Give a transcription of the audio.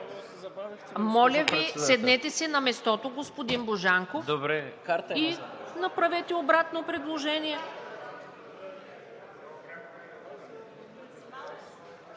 Моля Ви, седнете си на мястото, господин Божанков, и направете обратно предложение.